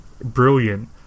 brilliant